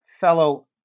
fellow